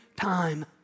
time